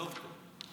ג'וב טוב.